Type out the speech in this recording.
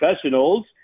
professionals